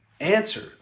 Answer